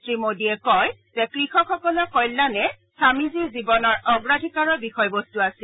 শ্ৰীমোডীয়ে কয় যে কৃষকসকলৰ কল্যাণে স্বামীজীৰ জীৱনৰ অগ্ৰাধিকাৰৰ বিষয়বস্ত আছিল